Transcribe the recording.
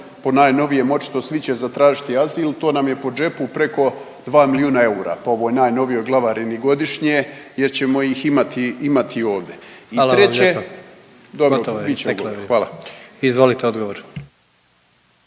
po najnovijem, očito svi će zatražiti azil, to nam je po džepu preko dva milijuna eura po ovoj najnovijoj glavarini godišnje jer ćemo ih imati ovdje …/Upadica predsjednik: Hvala vam lijepa./….